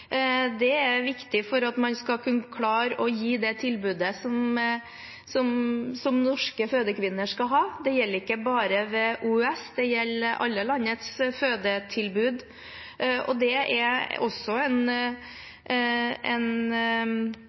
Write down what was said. Det er viktig for at man skal kunne klare å gi det tilbudet som norske fødekvinner skal ha. Det gjelder ikke bare ved OUS. Det gjelder alle landets fødetilbud. Det er også